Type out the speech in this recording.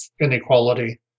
inequality